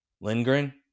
Lindgren